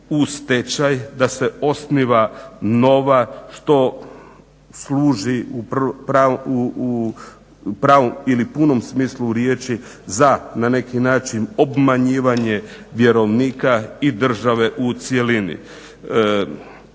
stečaj da se osniva nova što služi u punom smislu riječi za neki način obmanjivanje vjerovnika i države u cjelini.